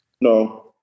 No